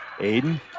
Aiden